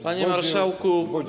Panie Marszałku!